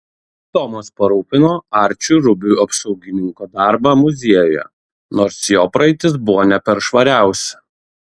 tomas parūpino arčiui rubiui apsaugininko darbą muziejuje nors jo praeitis buvo ne per švariausia